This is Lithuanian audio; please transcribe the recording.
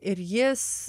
ir jis